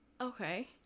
okay